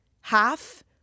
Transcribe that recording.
half